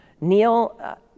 neil